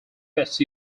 best